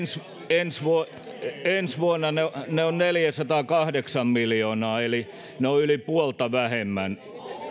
miljoonaa ensi vuonna ne ovat neljäsataakahdeksan miljoonaa eli ne ovat yli puolta vähemmän